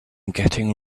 getting